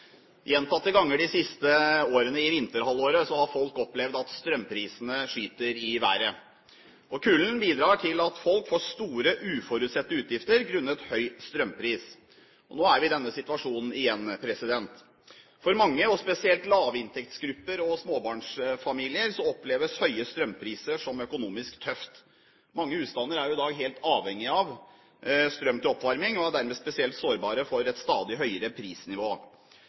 Gjentatte ganger de siste årene i vinterhalvåret har folk opplevd at strømprisene skyter i været. Kulden bidrar til at folk får store uforutsette utgifter grunnet høy strømpris. Nå er vi i denne situasjonen igjen. For mange og spesielt lavinntektsgrupper og småbarnsfamilier oppleves høye strømpriser som økonomisk tøft. Mange husstander er jo i dag helt avhengig av strøm til oppvarming og er dermed spesielt sårbare for et stadig høyere prisnivå.